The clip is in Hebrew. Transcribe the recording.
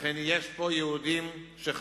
אכן, יש פה יהודים שחיים,